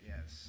Yes